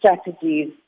strategies